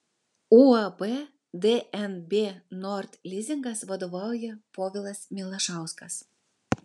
uab dnb nord lizingas vadovauja povilas milašauskas